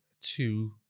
two